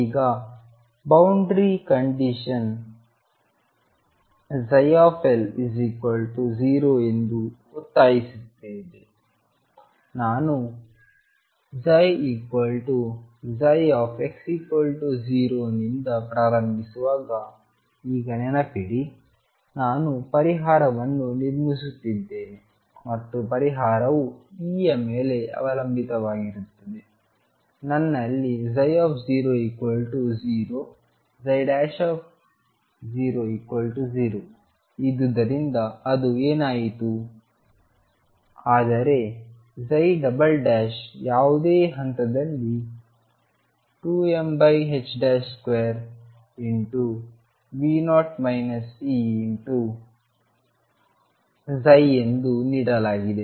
ಈಗ boundary condition L0ಎಂದು ಒತ್ತಾಯಿಸುತ್ತದೆ ನಾನು ψψx0 ನಿಂದ ಪ್ರಾರಂಭಿಸುವಾಗ ಈಗ ನೆನಪಿಡಿ ನಾನು ಪರಿಹಾರವನ್ನು ನಿರ್ಮಿಸುತ್ತಿದ್ದೇನೆ ಮತ್ತು ಪರಿಹಾರವು E ಯ ಮೇಲೆ ಅವಲಂಬಿತವಾಗಿರುತ್ತದೆ ನನ್ನಲ್ಲಿ 00 00 ಇದ್ದುದರಿಂದ ಅದು ಏನಾಯಿತು ಆದರೆ ಯಾವುದೇ ಹಂತದಲ್ಲಿ 2m2V0 E ಎಂದು ನೀಡಲಾಗಿದೆ